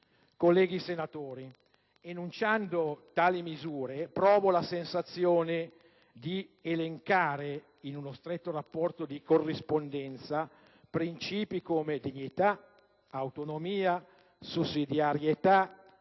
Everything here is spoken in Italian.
Colleghi senatori, enunciando tali misure provo la sensazione di elencare, in uno stretto rapporto di corrispondenza, principi come dignità, autonomia, sussidiarietà,